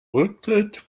rücktritt